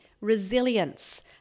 resilience